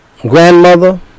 grandmother